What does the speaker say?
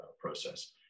process